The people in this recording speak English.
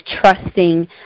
trusting